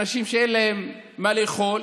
אנשים שאין להם מה לאכול.